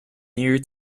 near